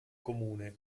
comune